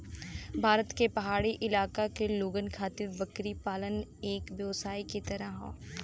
भारत के पहाड़ी इलाका के लोगन खातिर बकरी पालन एक व्यवसाय के तरह हौ